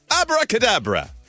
Abracadabra